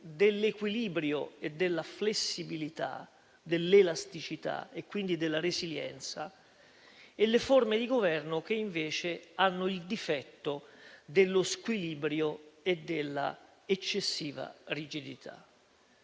dell'equilibrio e della flessibilità, dell'elasticità e quindi della resilienza, e le forme di governo che invece hanno il difetto dello squilibrio e della eccessiva rigidità.